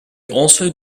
also